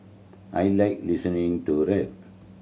I like listening to rap